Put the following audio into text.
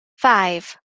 five